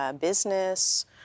business